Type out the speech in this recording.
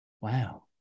Wow